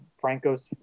Franco's